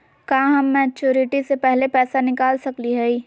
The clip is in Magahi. का हम मैच्योरिटी से पहले पैसा निकाल सकली हई?